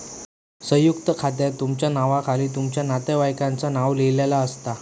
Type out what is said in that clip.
संयुक्त खात्यात तुमच्या नावाखाली तुमच्या नातेवाईकांचा नाव लिहिलेला असता